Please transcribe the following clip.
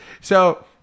So-